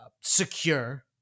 secure